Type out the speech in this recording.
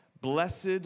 Blessed